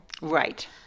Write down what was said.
Right